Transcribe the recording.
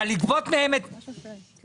אבל לגבות מהם את המע"מ